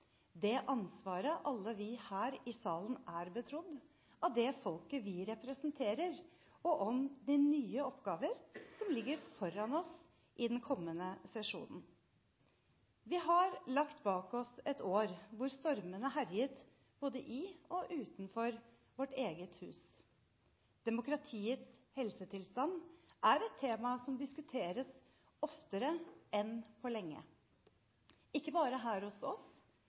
det ansvaret alle vi her i salen er betrodd av det folket vi representerer, og de nye oppgavene som ligger foran oss i den kommende sesjonen. Vi har lagt bak oss et år hvor stormene herjet både i og utenfor vårt eget hus. Demokratiets helsetilstand er et tema som diskuteres oftere enn på lenge, ikke bare her hos oss,